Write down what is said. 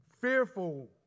fearful